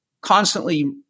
constantly